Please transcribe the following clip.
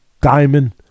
diamond